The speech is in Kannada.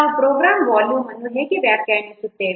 ನಾವು ಪ್ರೋಗ್ರಾಂ ವಾಲ್ಯೂಮ್ ಅನ್ನು ಹೇಗೆ ವ್ಯಾಖ್ಯಾನಿಸುತ್ತೇವೆ